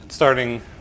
Starting